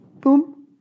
Boom